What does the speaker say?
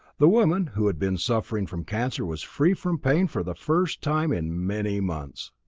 the woman who had been suffering from cancer was free from pain for the first time in many months.